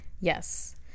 Yes